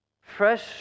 Fresh